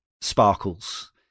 sparkles